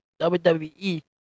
WWE